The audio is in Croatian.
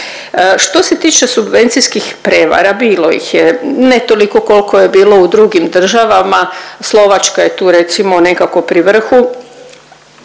Što se tiče subvencijskih prevara, bilo ih je. Ne toliko koliko je bilo u drugim državama, Slovačka je tu, recimo, nekako pri vrhu,